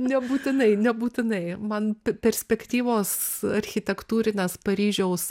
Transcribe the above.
nebūtinai nebūtinai man perspektyvos architektūrinės paryžiaus